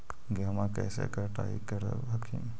गेहुमा कैसे कटाई करब हखिन?